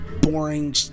boring